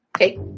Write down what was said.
Okay